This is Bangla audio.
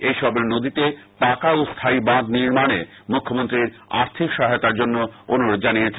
এইসব নদীতে পাকা ও স্হায়ী বাঁধ নির্মাণে মুখ্যমন্ত্রী আর্থিক সহায়তার জন্য অনুরোধ জানিয়েছেন